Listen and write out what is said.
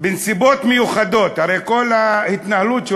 "בנסיבות מיוחדות" הרי כל ההתנהלות של